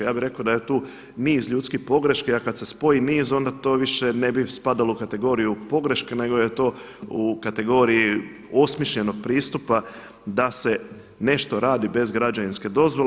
Ja bih rekao da je tu niz ljudskih pogreški a kada se spoji niz onda to više ne bi spadalo u kategoriju pogreške nego je to u kategoriji osmišljenog pristupa da se nešto radi bez građevinske dozvole.